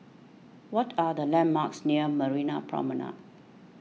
what are the landmarks near Marina Promenade